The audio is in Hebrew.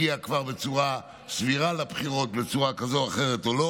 בצורה סבירה לבחירות בצורה כזאת או אחרת או לא.